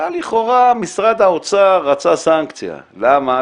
לכאורה משרד הביטחון רצה סנקציה, למה?